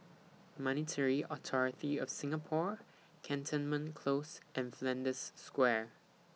Monetary Authority of Singapore Cantonment Close and Flanders Square